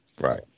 Right